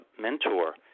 mentor